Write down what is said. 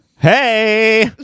Hey